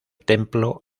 templo